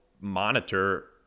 monitor